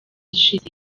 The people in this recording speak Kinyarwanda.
ishize